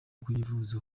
kuyivuza